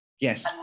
yes